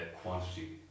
quantity